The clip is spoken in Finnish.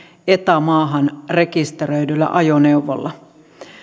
eta maahan rekisteröidyllä ajoneuvolla